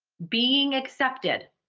being accepted.